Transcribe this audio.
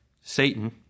Satan